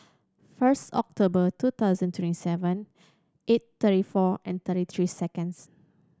first October two thousand twenty seven eight thirty four and thirty three seconds